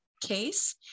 case